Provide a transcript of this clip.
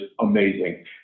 amazing